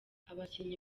abakinnyi